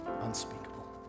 unspeakable